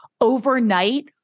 overnight